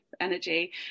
energy